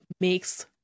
makes